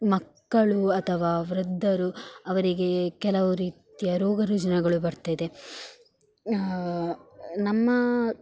ಮಕ್ಕಳು ಅಥವಾ ವೃದ್ಧರು ಅವರಿಗೆ ಕೆಲವು ರೀತಿಯ ರೋಗ ರುಜಿನಗಳು ಬರ್ತಿದೆ ನಮ್ಮ